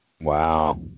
Wow